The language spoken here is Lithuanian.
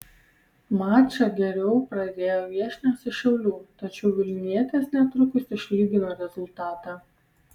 mačą geriau pradėjo viešnios iš šiaulių tačiau vilnietės netrukus išlygino rezultatą